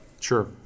sure